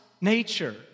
nature